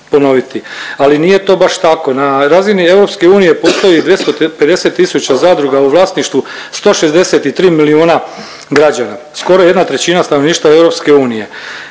Ali nije to baš tako, na razini EU postoji 250 tisuća zadruga u vlasništvu 163 milijuna građana, skoro 1/3 stanovništva EU,